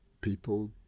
people